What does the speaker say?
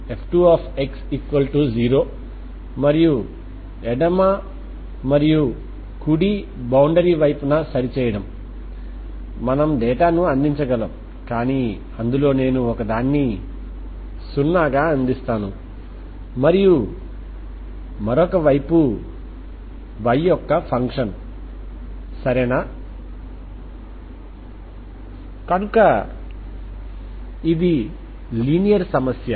కనుక ఇది ఈ Xx λXx0 సమీకరణముతో బౌండరీ కండిషన్ లు కలిగి ఉంటుంది అలాగే ఇది ఇప్పటికే సెల్ఫ్ అడ్ జాయింట్ రూపంలో ఉన్న రెగ్యులర్ స్టర్మ్ లియోవిల్లే సమస్య